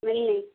ମିଳିନି